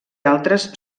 altres